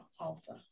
Alpha